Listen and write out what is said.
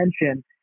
attention